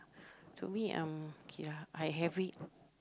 to me ah okay lah I have it